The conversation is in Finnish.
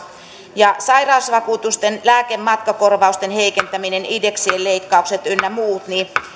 sairausvakuutuksen lääke ja matkakorvausten heikentäminen indeksien leikkaukset ynnä muut